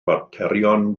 faterion